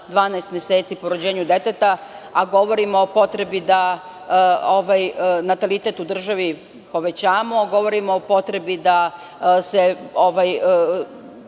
12 meseci po rođenju deteta, a govorimo o potrebi natalitet u državi povećamo, govorimo o potrebi da se